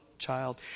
child